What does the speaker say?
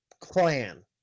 clan